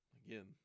again